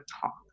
talk